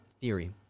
theory